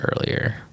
earlier